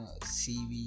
CV